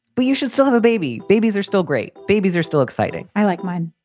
well, you should still have a baby. babies are still great. babies are still exciting. i like mine,